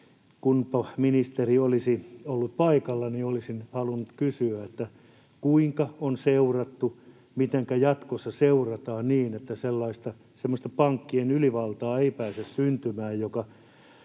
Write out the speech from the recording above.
Kunpa ministeri olisi ollut paikalla. Olisin halunnut kysyä, kuinka on seurattu, mitenkä jatkossa seurataan niin, että semmoista pankkien ylivaltaa ei pääse syntymään, joka